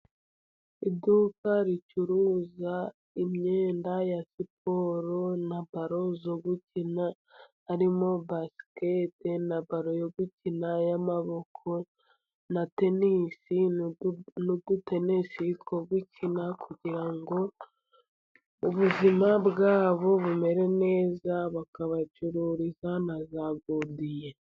Iduka ricuruza imyenda ya siporo na baro zo gukina, harimo basikete na baro yo gukina y'amaboko na tenisi n'udutenesi two gukina, kugira ngo ubuzima bwabo bumere neza, bakabacururiza na za godiyo.